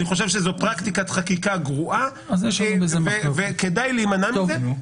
אני חושב שזאת פרקטיקת חקיקה גרועה וכדאי להימנע ממנה.